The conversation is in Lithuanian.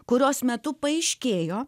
kurios metu paaiškėjo